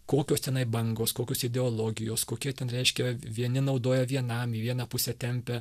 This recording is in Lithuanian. kokios tenai bangos kokios ideologijos kokia ten reiškia vieni naudoja vienam į vieną pusę tempia